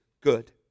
Good